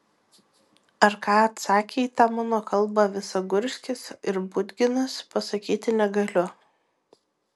ar ką atsakė į tą mano kalbą visagurskis ir budginas pasakyti negaliu